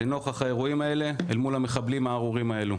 נוכח האירועים האלה אל מול המחבלים הארורים האלה.